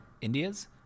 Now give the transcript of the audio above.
India's